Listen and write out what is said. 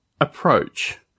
approach